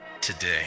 today